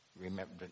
remember